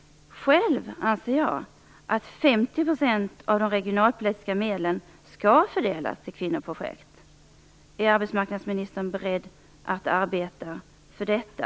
Själv anser jag att 50 % av de regionalpolitiska medlen skall fördelas till kvinnoprojekt. Är arbetsmarknadsministern beredd att arbeta för detta?